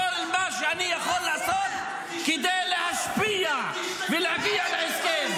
את כל מה שאני יכול לעשות כדי להשפיע ולהגיע להסכם.